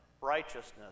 righteousness